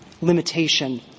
limitation